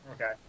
Okay